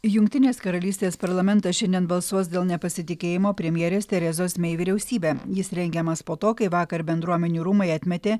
jungtinės karalystės parlamentas šiandien balsuos dėl nepasitikėjimo premjerės terezos mei vyriausybe jis rengiamas po to kai vakar bendruomenių rūmai atmetė